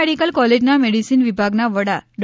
medical કોલેજના medicine વિભાગના વડા ડો